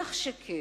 ונניח שכן,